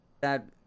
That-